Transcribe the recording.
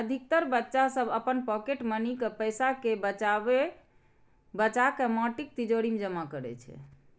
अधिकतर बच्चा सभ अपन पॉकेट मनी के पैसा कें बचाके माटिक तिजौरी मे जमा करै छै